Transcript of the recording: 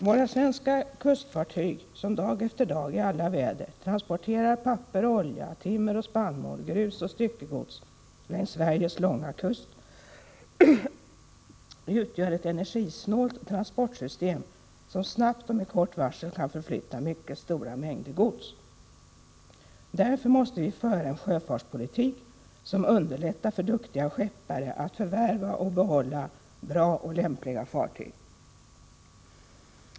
Våra svenska kustfartyg, som dag efter dag i alla väder transporterar papper och olja, timmer och spannmål, grus och styckegods längs Sveriges långa kust, utgör ett energisnålt transportsystem som snabbt och med kort varsel kan förflytta mycket stora mängder gods. Därför måste vi föra en sjöfartspolitik som underlättar för duktiga skeppare att förvärva och behålla bra och lämpliga fartyg.